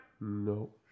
No